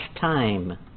time